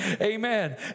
Amen